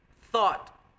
thought